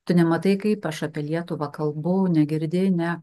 tu nematai kaip aš apie lietuvą kalbų negirdi ne